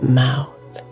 mouth